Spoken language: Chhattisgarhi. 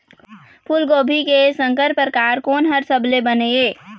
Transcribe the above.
फूलगोभी के संकर परकार कोन हर सबले बने ये?